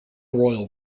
royal